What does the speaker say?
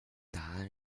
迪安